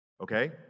Okay